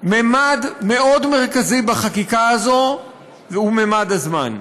ממד מאוד מרכזי בחקיקה הזו הוא ממד הזמן.